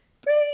Bring